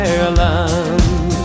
Ireland